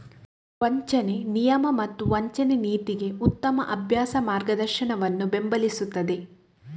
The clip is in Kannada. ವಂಚನೆ ನಿಯಮ ಮತ್ತು ವಂಚನೆ ನೀತಿಗೆ ಉತ್ತಮ ಅಭ್ಯಾಸ ಮಾರ್ಗದರ್ಶನವನ್ನು ಬೆಂಬಲಿಸುತ್ತದೆ